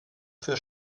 für